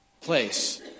place